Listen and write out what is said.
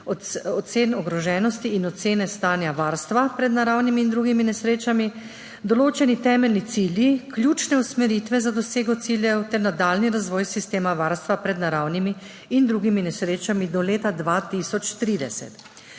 ocen ogroženosti in ocene stanja varstva pred naravnimi in drugimi nesrečami določeni temeljni cilji, ključne usmeritve za dosego ciljev ter nadaljnji razvoj sistema varstva pred naravnimi in drugimi nesrečami do leta 2030.